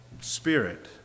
spirit